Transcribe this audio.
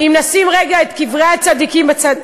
אם נשים רגע את קברי הצדיקים בצד,